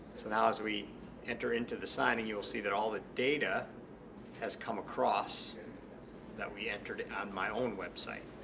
so now as we enter into the signing you will see that all the data has come across that we entered on my own website.